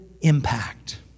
impact